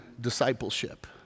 discipleship